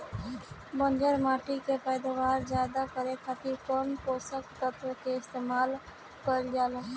बंजर माटी के पैदावार ज्यादा करे खातिर कौन पोषक तत्व के इस्तेमाल कईल जाला?